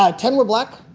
ah ten were black,